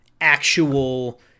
actual